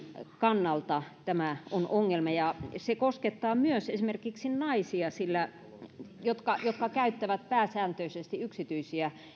kannalta tämä on ongelma ja se koskettaa myös esimerkiksi naisia jotka jotka käyttävät pääsääntöisesti yksityisiä